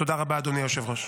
תודה רבה, אדוני היושב-ראש.